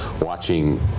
watching